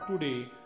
today